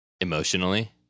emotionally